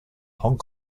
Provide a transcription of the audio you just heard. hong